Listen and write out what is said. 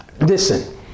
listen